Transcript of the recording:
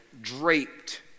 draped